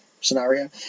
scenario